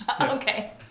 Okay